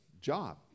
job